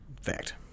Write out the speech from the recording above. Fact